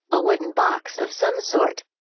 a wooden box of some sort.